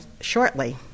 shortly